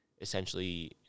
essentially